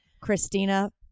Christina